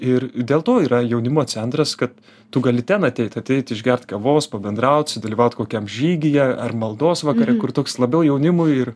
ir dėl to yra jaunimo centras kad tu gali ten ateit ateit išgert kavos pabendraut sudalyvaut kokiam žygyje ar maldos vakare kur toks labiau jaunimui ir